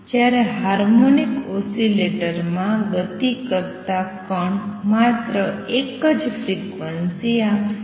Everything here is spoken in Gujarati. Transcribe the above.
જ્યાંરે હાર્મોનિક ઓસિલેટરમાં ગતિ કરતાં કણ માત્ર એક જ ફ્રિક્વન્સી આપશે